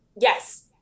yes